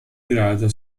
grado